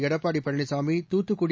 Edappadi Palaniswami Thoothukudi